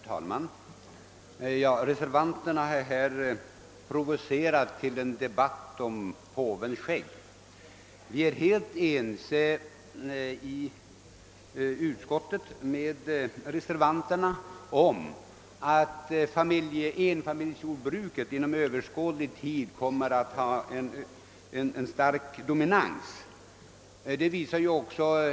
Herr talman! Reservanterna har här provocerat till en debatt om »påvens skägg». Utskottsmajoriteten är ju helt ense med reservanterna om att enfamiljsjordbruket under överskådlig tid kommer att ha en stark dominans.